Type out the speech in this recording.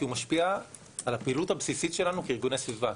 כי הוא משפיע על הפעילות הבסיסית שלנו כארגוני סביבה,